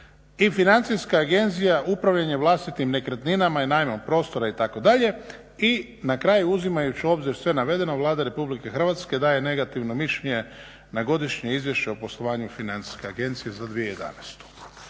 i Financijska agencija upravljanje vlastitim nekretninama i najmom prostora itd. i na kraju uzimajući u obzir sve navedeno Vlada RH daje negativno mišljenje na godišnje izvješće o poslovanju FINA-e za 2011.